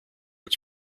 its